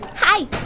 Hi